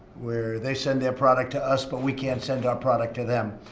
where they send their product to us, but we can't send our product to them.